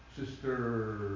Sister